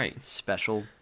special